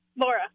Laura